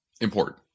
important